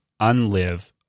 unlive